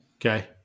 Okay